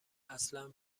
اصلا